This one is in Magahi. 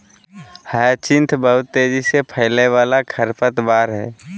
ह्यचीन्थ बहुत तेजी से फैलय वाला खरपतवार हइ